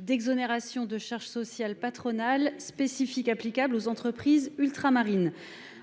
d'exonération de charges sociales patronales spécifiques applicables aux entreprises ultramarines.